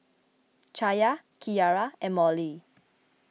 Chaya Kiara and Mollie